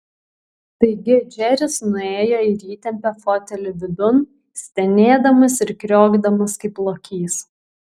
taigi džeris nuėjo ir įtempė fotelį vidun stenėdamas ir kriokdamas kaip lokys